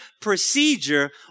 procedure